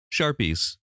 sharpies